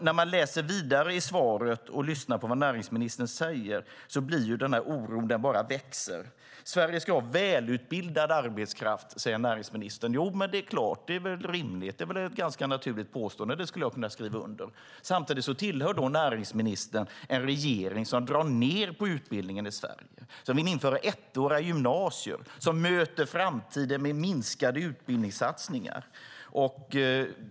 När man läser vidare i det skriftliga svaret och när man lyssnar på vad näringsministern här säger blir det så att oron bara växer. Sverige ska ha välutbildad arbetskraft, säger näringsministern. Jo, det är klart. Det är väl rimligt och ett ganska naturligt påstående och något jag skulle kunna skriva under på. Men samtidigt tillhör näringsministern en regering som drar ned på utbildningen i Sverige, som vill införa ettårigt gymnasium och som möter framtiden med minskade utbildningssatsningar.